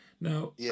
Now